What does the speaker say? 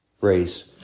race